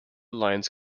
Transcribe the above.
lines